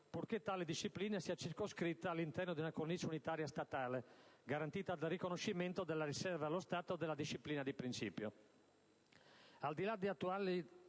purché tale disciplina sia circoscritta all'interno di una cornice unitaria statale, garantita dal riconoscimento della riserva allo Stato della disciplina di principio.